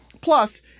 Plus